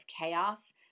chaos